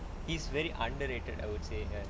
he's very underrated I would say